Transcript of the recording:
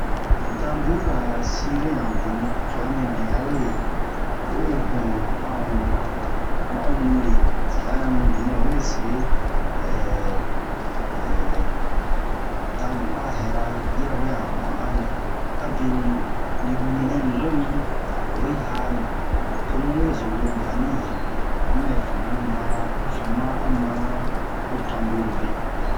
Han tanbur ra sire yan boni twa mibin awe o we huhan a huhan ma'o nure twa yan mibin o we se danu a hɛra han yirawe a han mahan le abe ni ni bu'i nɛ ni zo mi oyi hani to mu we zo we bwa ni ji kwa a mu mɛ famu mara un famu'a a mara ho tanbur be